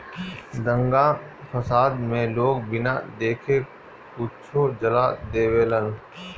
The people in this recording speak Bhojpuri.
दंगा फसाद मे लोग बिना देखे कुछो जला देवेलन